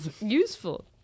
useful